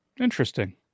interesting